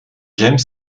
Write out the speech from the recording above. james